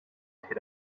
hyd